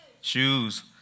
Shoes